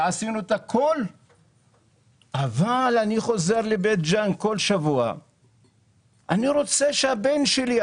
אבל אני חוזר לבית ג'אן כל שבוע ואני רוצה שהבן שלי,